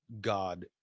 God